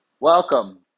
Welcome